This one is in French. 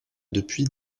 depuis